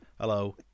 hello